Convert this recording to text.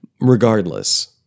Regardless